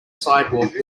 sidewalk